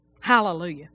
Hallelujah